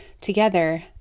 together